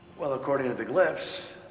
well, according to the glyphs,